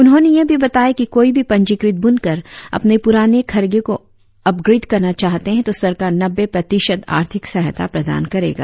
उन्होंने यह भी बताया कि कोई भी पंजीकृत बुनकर अपने पुराने करघे को अपग्रेड करना चाहते है तो सरकार नब्बे प्रतिशत आर्थिक सहायता प्रदान करेगा